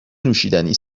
نوشیدنی